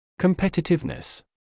Competitiveness